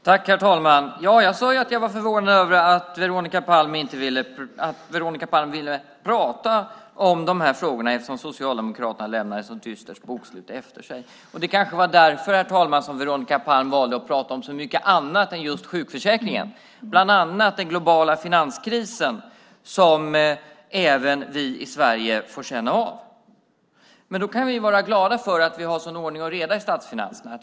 Herr talman! Jag sade att jag var förvånad över att Veronica Palm ville prata om de här frågorna eftersom Socialdemokraterna lämnat ett så dystert bokslut efter sig. Det kanske var därför, herr talman, som Veronica Palm valde att prata om så mycket annat än sjukförsäkringen, bland annat den globala finanskrisen som även vi i Sverige får känna av. Men vi kan vara glada över att vi har sådan ordning och reda i statsfinanserna.